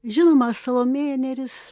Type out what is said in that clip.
žinoma salomėja nėris